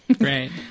Right